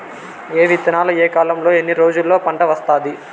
ఏ విత్తనాలు ఏ కాలంలో ఎన్ని రోజుల్లో పంట వస్తాది?